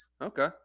Okay